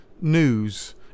news